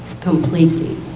completely